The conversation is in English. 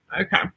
Okay